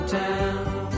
town